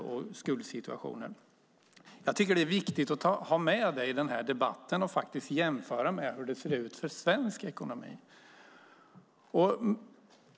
Jag tycker att det är viktigt att ha med det i den här debatten och jämföra med hur det ser ut för svensk ekonomi.